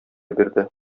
бирде